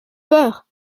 peurs